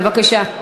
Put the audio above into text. בבקשה.